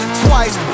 twice